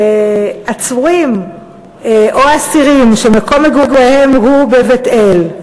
שעצורים או אסירים שמקום מגוריהם הוא בבית-אל,